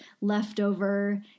leftover